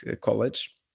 college